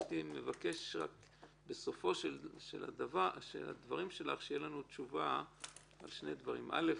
הייתי מבקש שבסוף הדברים שלך שתהיה לנו תשובה על שני דברים: א',